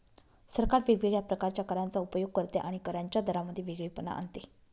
सरकार वेगवेगळ्या प्रकारच्या करांचा उपयोग करते आणि करांच्या दरांमध्ये वेगळेपणा आणते